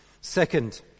Second